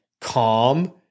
calm